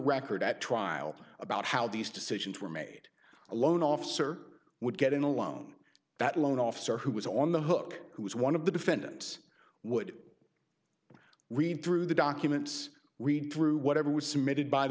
record at trial about how these decisions were made a loan officer would get in a loan that loan officer who was on the hook who was one of the defendants would read through the documents read through whatever was submitted by the